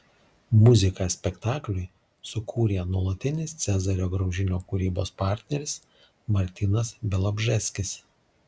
muziką spektakliui sukūrė nuolatinis cezario graužinio kūrybos partneris martynas bialobžeskis